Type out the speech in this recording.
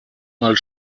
als